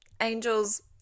angels